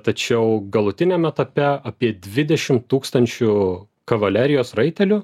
tačiau galutiniam etape apie dvidešim tūkstančių kavalerijos raitelių